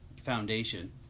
foundation